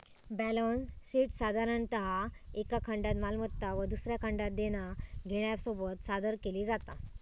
balance शीटसाधारणतः एका खंडात मालमत्ता व दुसऱ्या खंडात देना घेण्यासोबत सादर केली जाता